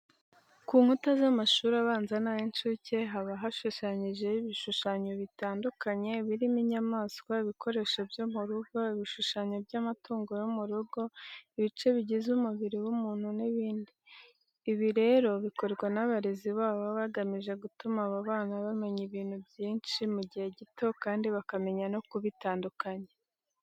Ku nkuta z'amashuri abanza n'ay'incuke haba hashushanyijeho ibishushanyo bitandukanye birimo inyamaswa, ibikoresho byo mu rugo, ibishushanyo by'amatungo yo mu rugo, ibice bigize umubiri w'umuntu n'ibindi. Ibi rero bikorwa n'abarezi babo bagamije gutuma aba bana bamenya ibintu byinshi mu gihe gito kandi bakamenya no kubitandukanya.